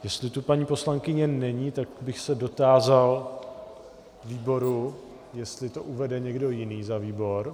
Jestli tu paní poslankyně není, tak bych se dotázal výboru, jestli to uvede někdo jiný za výbor.